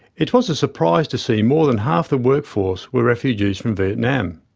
it was a surprise to see more than half the workforce were refugees from vietnam.